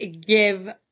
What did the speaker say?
give